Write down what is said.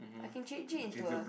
I can change it into a